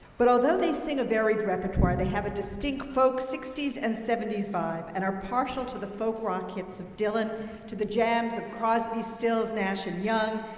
but although they sing a varied repertoire, they have a distinct folk sixty s and seventy s vibe and are partial to the folk rock hits of dylan, to the jams of crosby, stills, nash, and young,